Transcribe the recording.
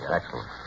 Excellent